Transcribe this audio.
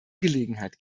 gelegenheit